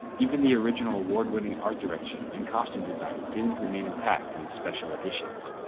even the original award-winning art direction and costume design didn't remain intact in the special editions.